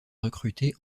recruté